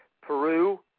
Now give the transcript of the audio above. Peru